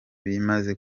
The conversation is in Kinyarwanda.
bimaze